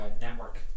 network